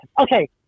Okay